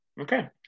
Okay